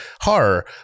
horror